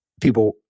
people